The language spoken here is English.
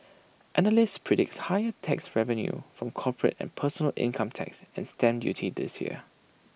analysts predict higher tax revenue from corporate and personal income tax and stamp duty this year